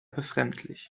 befremdlich